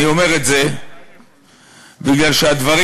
אני אומר את זה בגלל שהדברים